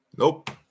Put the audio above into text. Nope